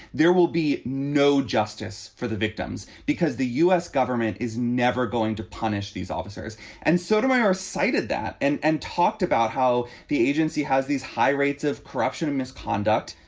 there will be no justice for the victims because the u s. government is never going to punish these officers and sotomayor cited that and and talked about how the agency has these high rates of corruption and misconduct.